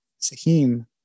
Sahim